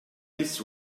this